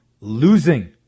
losing